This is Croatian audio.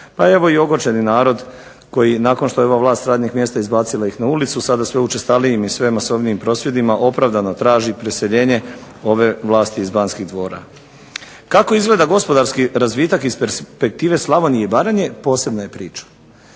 a evo i ogorčeni narod koji nakon što je ova vlast sa radnih mjesta izbacila ih na ulicu sada sve učestalijim i sve masovnijim prosvjedima opravdano traži preseljenje ove vlasti iz Banskih dvora. Kako izgleda gospodarski razvitak iz perspektive Slavonije i Baranje posebna je priča.